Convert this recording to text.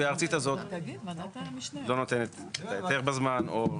הארצית הזאת לא נותנת את ההיתר בזמן.